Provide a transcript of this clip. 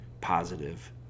positive